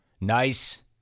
nice